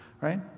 right